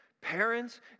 Parents